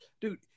dude